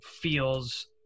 feels